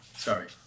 Sorry